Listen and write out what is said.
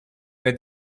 met